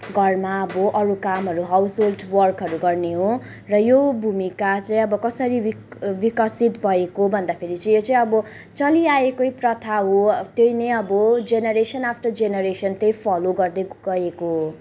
घरमा अब अरू कामहररू हाउसहोल्ड वर्कहरू गर्ने हो र यो भूमिका चाहिँ अब कसरी विकसित भएको भन्दाखेरि चाहिँ यो चाहिँ अब चलि आएकै प्रथा हो त्यही नै अब जेनेरेसन आफ्टर जेनेरेसन त्यही फलो गर्दै गएको हो